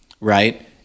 right